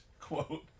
quote